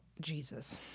Jesus